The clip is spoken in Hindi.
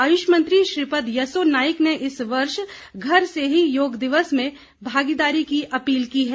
आयुष मंत्री श्रीपद यसो नाइक ने इस वर्ष घर से ही योग दिवस में भागीदारी की अपील की है